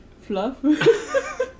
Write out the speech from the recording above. fluff